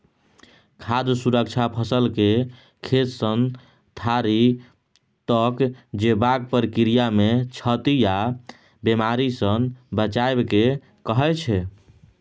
खाद्य सुरक्षा फसलकेँ खेतसँ थारी तक जेबाक प्रक्रियामे क्षति आ बेमारीसँ बचाएब केँ कहय छै